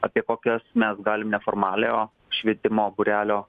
apie kokias mes galim neformaliojo švietimo būrelio